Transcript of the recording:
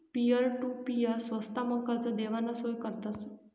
peer to peer स्वस्तमा कर्ज देवाना सोय करतस